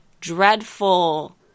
dreadful